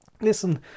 Listen